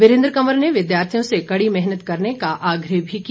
वीरेंद्र कवंर ने विद्यार्थियों से कड़ी मेहनत करने का आग्रह भी किया